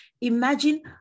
imagine